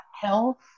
health